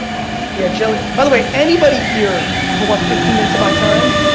yeah by the way, anybody here who wants fifteen minutes of my time,